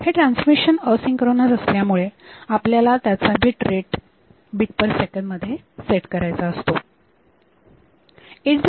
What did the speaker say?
हे transmission asynchronous असल्यामुळे आपल्याला त्याचा बीटरेट बीट पर सेकंद मध्ये सेट करायचा असतो